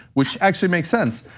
which actually makes sense.